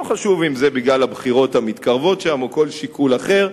לא חשוב אם זה בגלל הבחירות המתקרבות שם או כל שיקול אחר,